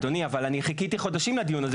אדוני אבל אני חיכיתי חודשים לדיון הזה,